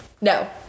No